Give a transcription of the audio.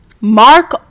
Mark